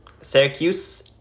Syracuse